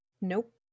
Nope